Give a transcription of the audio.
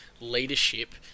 leadership